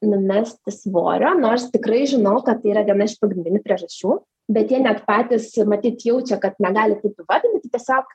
numesti svorio nors tikrai žinau kad tai yra viena iš pagrindinių priežasčių bet jie net patys matyt jaučia kad negali taip įvardinti tiesiog